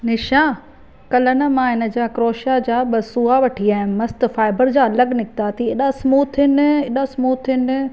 निशा कल्ह न मां हिनजा क्रोशिआ जा ॿ सूआ वठी आयमि मस्त फाइबर जा अलॻि निकिता थी ऐॾा स्मूथ आहिनि ऐॾा स्मूथ आहिनि